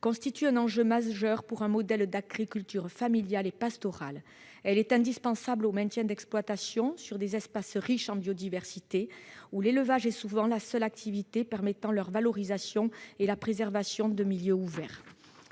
constitue un enjeu majeur pour un modèle d'agriculture familiale et pastorale : elle est indispensable au maintien d'exploitations sur des espaces riches en biodiversité, où l'élevage est souvent la seule activité permettant la valorisation et la préservation de milieux ouverts.